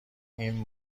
این